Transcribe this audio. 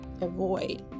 avoid